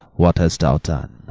what hast thou done,